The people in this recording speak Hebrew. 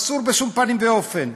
אסור בשום פנים ואופן.